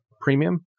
premium